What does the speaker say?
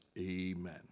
Amen